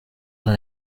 alle